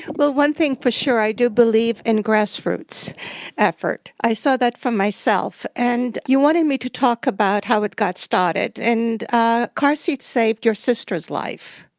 well one thing for sure, i do believe in grassroots effort. i saw that for myself. and you wanted me to talk about how it got started, and ah car seats saved your sister's life.